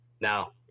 Now